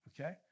okay